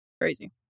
Crazy